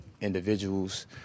individuals